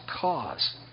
cause